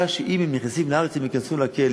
כך שאם הם נכנסים לארץ הם ייכנסו לכלא,